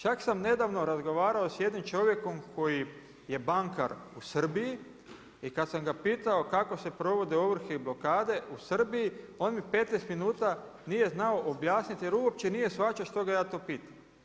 Čak sam nedavno razgovarao s jednim čovjekom koji je bankar u Srbiji i kad sam ga pitao kako se provode ovrhe i blokade u Srbiji, on mi 15 minuta nije znao objasniti, jer uopće nije shvaćao što ga ja to pitam.